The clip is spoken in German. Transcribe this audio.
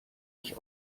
ich